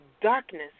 Darkness